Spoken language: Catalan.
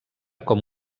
com